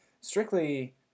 strictly